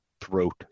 throat